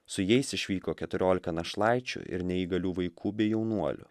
su jais išvyko keturiolika našlaičių ir neįgalių vaikų bei jaunuolių